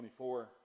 24